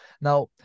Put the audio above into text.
Now